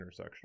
intersectional